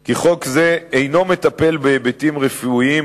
כי חוק זה אינו מטפל בהיבטים רפואיים,